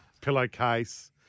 Pillowcase